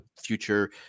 future